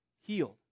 healed